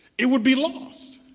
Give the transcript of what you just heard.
it would be lost.